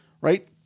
right